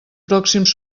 pròxims